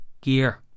gear